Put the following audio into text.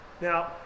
Now